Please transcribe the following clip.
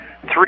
three